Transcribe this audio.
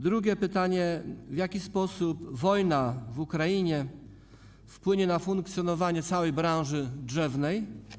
Drugie pytanie: W jaki sposób wojna w Ukrainie wpłynie na funkcjonowanie całej branży drzewnej?